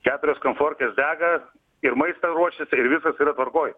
keturios komfortkės dega ir maistą ruošia tai ir viskas yra tvarkoj